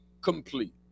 complete